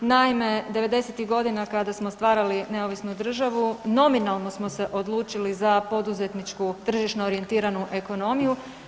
Naime, 90-tih godina kada smo stvarali neovisnu državu nominalno smo se odlučili za poduzetničku tržišno orijentiranu ekonomiju.